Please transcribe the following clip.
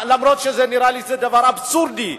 אף-על-פי שזה נראה לי דבר אבסורדי.